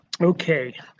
Okay